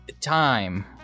time